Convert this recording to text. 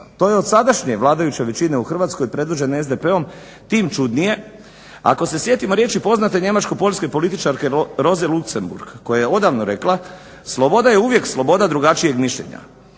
To je od sadašnje vladajuće većine u Hrvatskoj predvođene SDP-om tim čudnije ako se sjetimo riječi poznate njemačko-poljske političarke Roze Luksemburg koja je odavno rekla: „Sloboda je uvijek sloboda drugačijeg mišljenja.“